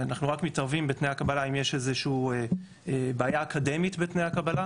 אנחנו רק מתערבים בתנאי הקבלה אם יש איזושהי בעיה אקדמית בתנאי הקבל,